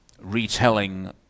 retelling